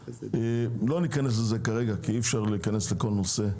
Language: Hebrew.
לא ניכנס לזה כרגע כי אי אפשר להיכנס לכל נושא.